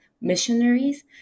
missionaries